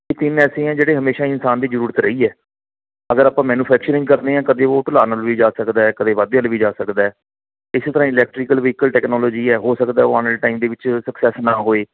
ਇਹ ਤਿੰਨ ਐਸੇ ਆ ਜਿਹੜੇ ਹਮੇਸ਼ਾ ਇਨਸਾਨ ਦੀ ਜ਼ਰੂਰਤ ਰਹੀ ਹੈ ਅਗਰ ਆਪਾਂ ਮੈਨੂੰਫੈਕਚਰਿੰਗ ਕਰਦੇ ਹਾਂ ਕਦੇ ਉਹ ਭੁਲਾ ਨਾਲ ਵੀ ਜਾ ਸਕਦਾ ਕਦੇ ਵੱਧਦੇ ਲਈ ਵੀ ਜਾ ਸਕਦਾ ਇਸੇ ਤਰ੍ਹਾਂ ਇਲੈਕਟਰੀਕਲ ਵਹੀਕਲ ਟੈਕਨੋਲੋਜੀ ਹੈ ਹੋ ਸਕਦਾ ਉਹ ਆਉਣ ਵਾਲੇ ਟਾਈਮ ਦੇ ਵਿੱਚ ਸਕਸੈਸ ਨਾ ਹੋਵੇ